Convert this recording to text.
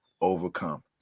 overcome